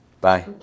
Bye